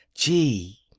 gee!